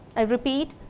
i repeat,